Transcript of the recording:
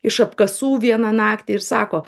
iš apkasų vieną naktį ir sako